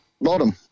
Bottom